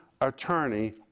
attorney